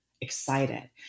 excited